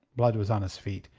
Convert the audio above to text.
blood was on his feet,